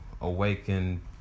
awaken